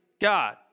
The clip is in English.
God